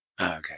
Okay